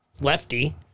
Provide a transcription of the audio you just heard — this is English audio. Lefty